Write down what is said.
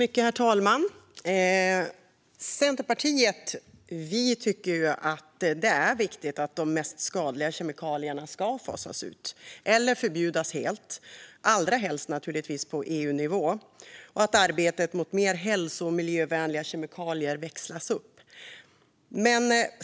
Herr talman! Centerpartiet tycker att det är viktigt att de mest skadliga kemikalierna fasas ut eller förbjuds helt, allra helst naturligtvis på EU-nivå, och att arbetet för mer hälso och miljövänliga kemikalier växlas upp.